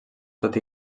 tot